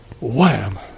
wham